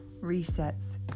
resets